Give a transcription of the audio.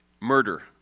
murder